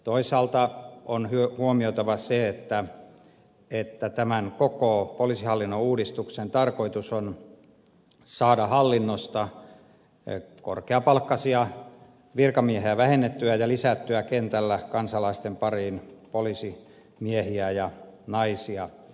toisaalta on huomioitava se että tämän koko poliisihallinnon uudistuksen tarkoitus on saada hallinnosta korkeapalkkaisia virkamiehiä vähennettyä ja lisättyä kentällä kansalaisten pariin poliisimiehiä ja naisia